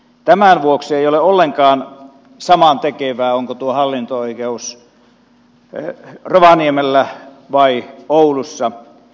tämän vuoksi ei ole ollenkaan samantekevää onko tuo hallinto oikeus rovaniemellä vai oulussa